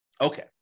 Okay